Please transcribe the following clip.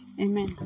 amen